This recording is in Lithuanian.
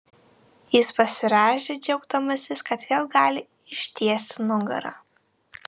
jis pasirąžė džiaugdamasis kad vėl gali ištiesti nugarą